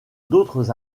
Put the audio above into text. d’autres